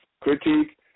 critique